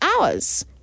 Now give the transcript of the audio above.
hours